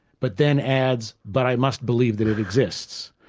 but then adds, but i must believe that it exists.